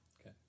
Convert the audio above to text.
Okay